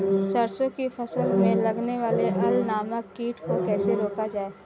सरसों की फसल में लगने वाले अल नामक कीट को कैसे रोका जाए?